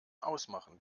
ausmachen